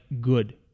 good